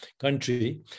country